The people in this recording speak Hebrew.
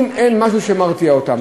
אם אין משהו שמרתיע אותן.